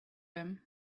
him